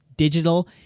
Digital